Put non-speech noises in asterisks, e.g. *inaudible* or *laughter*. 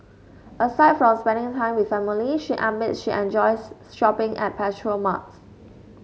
aside from spending time with family she admits she enjoys *unintelligible* shopping at petrol marts